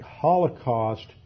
Holocaust